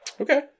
okay